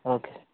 okay